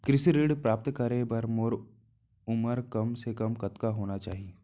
कृषि ऋण प्राप्त करे बर मोर उमर कम से कम कतका होना चाहि?